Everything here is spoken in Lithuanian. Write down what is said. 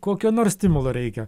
kokio nors stimulo reikia